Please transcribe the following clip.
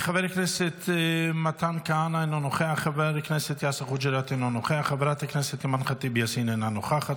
חברי כנסת במדינת ישראל שסותמים את הפה כשלוקחים